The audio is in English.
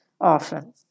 often